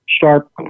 sharp